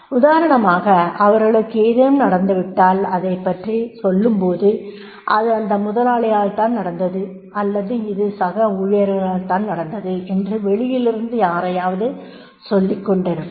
உதாரணமாக அவர்களுக்கு ஏதேனும் நடந்துவிட்டால் அதைப் பற்றி சொல்லும்போது அது அந்த முதலாளியால் தான் நடந்தது அல்லது இது சக ஊழியர்களால் தான் நடந்தது என்று வெளியிலிருந்து யாரையாவது சொல்லிக்கொண்டிருப்பர்